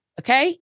okay